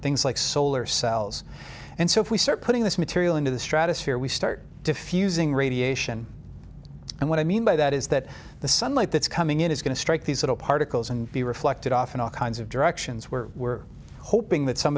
things like solar cells and so if we start putting this material into the stratosphere we start diffusing radiation and what i mean by that is that the sunlight that's coming in is going to strike these little particles and be reflected off in all kinds of directions we're we're hoping that some